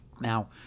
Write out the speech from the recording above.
now